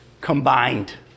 combined